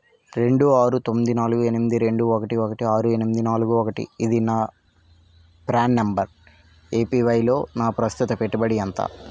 రెండు ఆరు తొమ్మిది నాలుగు ఎనిమిది రెండు ఒకటి ఒకటి ఆరు ఎనిమిది నాలుగు ఒకటి ఇది నా ప్రాన్ నంబర్ ఏపీవైలో నా ప్రస్తుత పెట్టుబడి ఎంత